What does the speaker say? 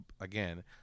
again